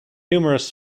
numerous